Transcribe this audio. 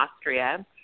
Austria